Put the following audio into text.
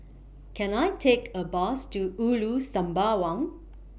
Can I Take A Bus to Ulu Sembawang